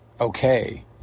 okay